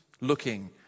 looking